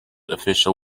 official